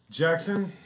Jackson